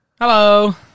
Hello